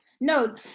No